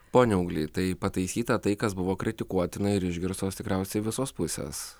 pone auglį tai pataisyta tai kas buvo kritikuotina ir išgirstos tikriausiai visos pusės